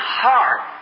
heart